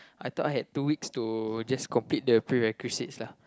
I thought I had two weeks to just complete the prerequisites lah